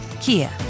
Kia